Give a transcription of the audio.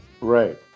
Right